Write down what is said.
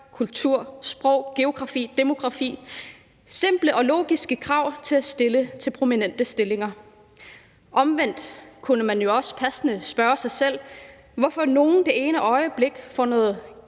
kultur, sprog, geografi og demografi – simple og logiske krav at stille ved ansættelse til prominente stillinger. Omvendt kunne man jo passende også spørge sig selv, hvorfor nogle det ene øjeblik får kaffen